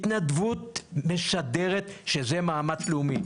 התנדבות משדרת שזה מאמץ לאומי.